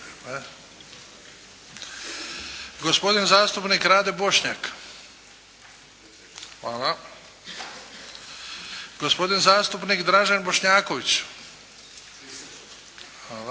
gospodin zastupnik Rade Bošnjak - prisežem, gospodin zastupnik Dražen Bošnjaković -